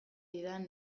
didan